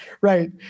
Right